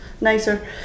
nicer